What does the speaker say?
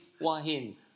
Wahin